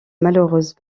malheureuses